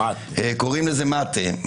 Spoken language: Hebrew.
קוראים לזה מאטה.